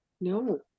No